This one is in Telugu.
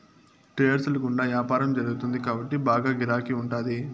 ట్రేడ్స్ ల గుండా యాపారం జరుగుతుంది కాబట్టి బాగా గిరాకీ ఉంటాది